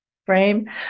frame